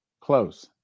Close